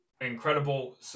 Incredible